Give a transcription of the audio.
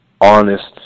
honest